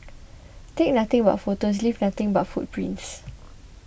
take nothing but photos leave nothing but footprints